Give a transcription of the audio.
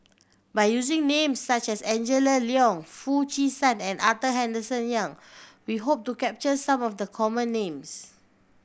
by using names such as Angela Liong Foo Chee San and Arthur Henderson Young we hope to capture some of the common names